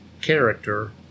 character